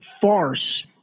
farce